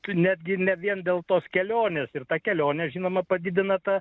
netgi ne vien dėl tos kelionės ir ta kelionė žinoma padidina tą